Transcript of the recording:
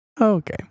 Okay